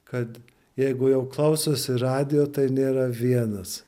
kad jeigu jau klausosi radijo tai nėra vienas